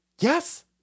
Yes